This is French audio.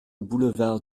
boulevard